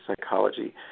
psychology